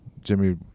Jimmy